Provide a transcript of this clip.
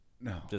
No